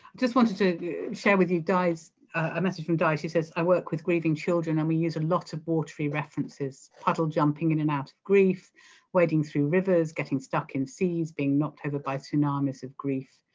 just wanted to share with you so a message from di, she says i work with grieving children and we use a lot of watery references puddle jumping in and out of grief wading through rivers getting stuck in seas being knocked over by tsunamis of grief.